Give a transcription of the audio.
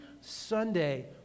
Sunday